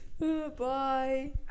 Bye